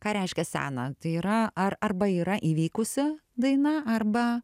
ką reiškia seną tai yra ar arba yra įvykusi daina arba